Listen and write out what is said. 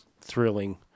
thrilling